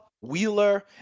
Wheeler